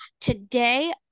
Today